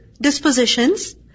dispositions